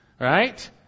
right